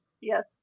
Yes